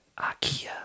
Ikea